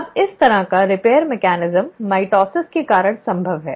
अब इस तरह का रिपेयर मेकॅनिज्म माइटोसिस के कारण संभव है